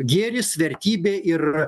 gėris vertybė ir